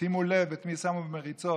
שימו לב את מי שמו במריצות,